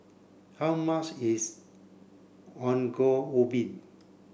how much is Ongol Ubi